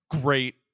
great